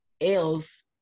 else